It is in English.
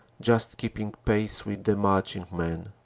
just keeping pace vith the marching men.